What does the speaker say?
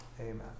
amen